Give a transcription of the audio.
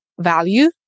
value